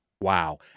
Wow